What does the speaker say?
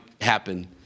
happen